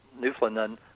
Newfoundland